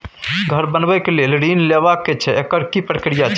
घर बनबै के लेल ऋण लेबा के छै एकर की प्रक्रिया छै?